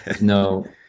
no